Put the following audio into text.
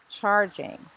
charging